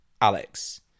Alex